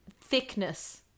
Thickness